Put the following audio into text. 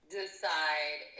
decide